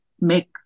make